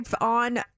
on